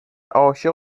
عاشق